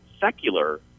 secular